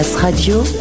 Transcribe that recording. Radio